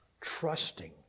trusting